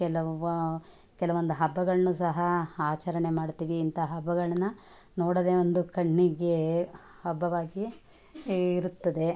ಕೆಲವು ಕೆಲವೊಂದು ಹಬ್ಬಗಳನ್ನು ಸಹ ಆಚರಣೆ ಮಾಡ್ತೀವಿ ಇಂಥ ಹಬ್ಬಗಳ್ನ ನೋಡದೆ ಒಂದು ಕಣ್ಣಿಗೆ ಹಬ್ಬವಾಗಿ ಇರ್ತದೆ